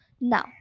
Now